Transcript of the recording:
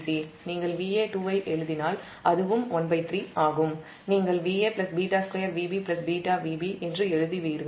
நீங்கள் Va2 ஐ எழுதினால் அதுவும் 13 ஆகும் நீங்கள் Va β2Vb βVb என்று எழுதுவீர்கள்